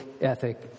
ethic